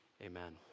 Amen